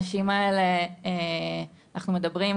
אנחנו מדברים,